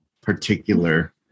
particular